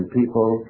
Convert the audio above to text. people